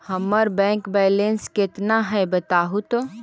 हमर bank balance केतना है बताहु तो?